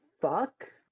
fuck